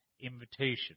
Invitation